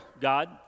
God